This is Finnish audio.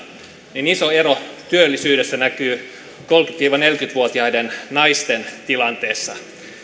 niin iso ero työllisyydessä näkyy kolmekymmentä viiva neljäkymmentä vuotiaiden naisten tilanteessa